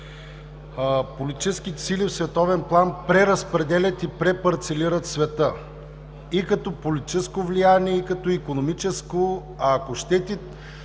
Политическите сили в световен план преразпределят и препарцелират света и като политическо влияние, и като икономическо, а ако щете,